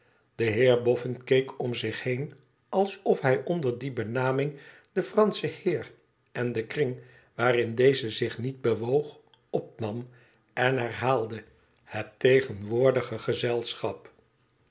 de heer bofün keek om zich heen alsofhij onder die benaming den franschen heer en den krikig waarin deze zich niet bewoog opnam en herhaalde het tegenwoordige gezelschap